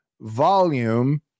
volume